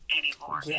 anymore